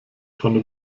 tonne